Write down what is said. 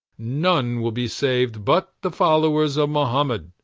none will be saved but the followers of mohammed,